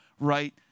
right